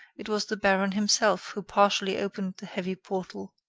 it was the baron himself who partially opened the heavy portal.